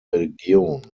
region